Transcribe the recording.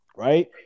Right